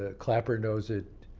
ah clapper knows it.